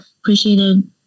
appreciated